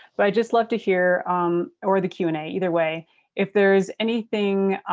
but i just love to hear um or the q and a either way if there's anything